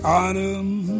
autumn